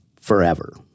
forever